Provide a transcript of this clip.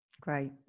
great